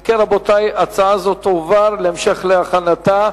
אם כן, רבותי, הצעה זו תועבר להמשך הכנתה,